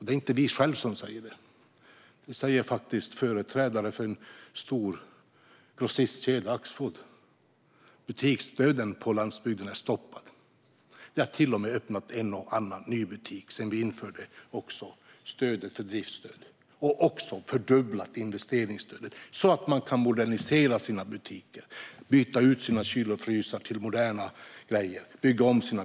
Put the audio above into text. Det är inte vi själva som säger det, utan det säger faktiskt företrädare för den stora grossistkedjan Axfood. Butiksdöden på landsbygden är stoppad. Det har till och med öppnat en och annan ny butik sedan vi införde driftsstödet och även fördubblade investeringsstödet. Det handlar om att människor ska kunna modernisera sina butiker - byta ut sina kylar och frysar till moderna grejer och bygga om.